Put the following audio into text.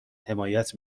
حمایت